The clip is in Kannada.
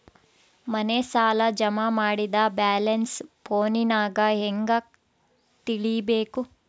ಮನೆ ಸಾಲ ಜಮಾ ಮಾಡಿದ ಬ್ಯಾಲೆನ್ಸ್ ಫೋನಿನಾಗ ಹೆಂಗ ತಿಳೇಬೇಕು?